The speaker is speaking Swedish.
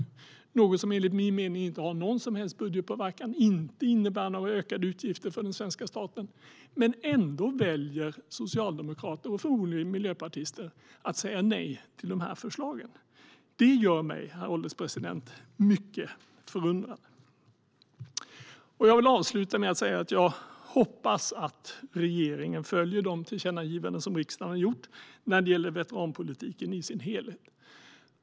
Det är något som enligt min mening inte har någon som helst budgetpåverkan och inte innebär några ökade utgifter för svenska staten, men ändå väljer Socialdemokraterna och förmodligen Miljöpartiet att säga nej till detta förslag. Det gör mig mycket förundrad, herr ålderspresident. Jag avslutar med att säga att jag hoppas att regeringen följer de tillkännagivanden som riksdagen har gjort när det gäller veteranpolitiken i sin helhet.